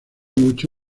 mucho